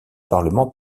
parlement